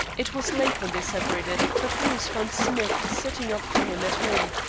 it was late when they separated, but bruce found smith sitting up for him at home.